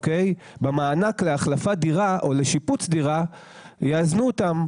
במענק להחלפת דירה או לשיפוץ דירה יאזנו אותם,